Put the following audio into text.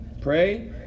Pray